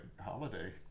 holiday